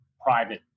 private